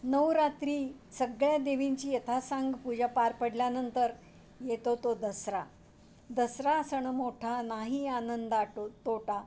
नऊ रात्री सगळ्या देवींची यथासांग पूजा पार पडल्यानंतर येतो तो दसरा दसरा सण मोठा नाही आनंद टो तोटा